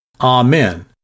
Amen